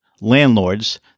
landlords